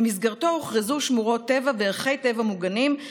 ובמסגרתו הוכרזו שמורות טבע וערכי טבע מוגנים,